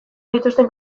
dituzten